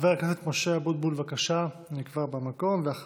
חבר הכנסת משה אבוטבול, בבקשה, ואחריו,